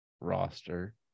roster